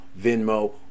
venmo